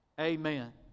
Amen